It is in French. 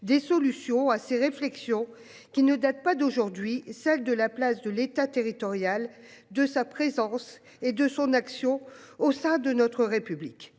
des solutions à ces réflexions qui ne date pas d'aujourd'hui, celle de la place de l'État, territorial de sa présence et de son action au sein de notre République.